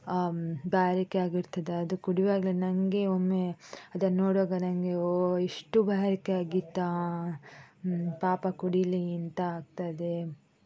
ಬಾಯಾರಿಕೆ ಆಗಿರ್ತದೆ ಅದು ಕುಡಿಯುವಾಗಲೆ ನನಗೆ ಒಮ್ಮೆ ಅದನ್ನು ನೋಡುವಾಗ ನನಗೆ ಓ ಇಷ್ಟು ಬಾಯಾರಿಕೆ ಆಗಿತ್ತಾ ಪಾಪ ಕುಡೀಲಿ ಅಂತ ಆಗ್ತಾಯಿದೆ